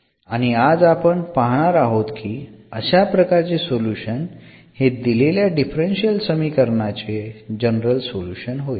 आणि आज आपण पाहणार आहोत की अशा प्रकारचे सोल्युशन हे दिलेल्या डिफरन्शियल समीकरणाचे जनरल सोल्युशन होईल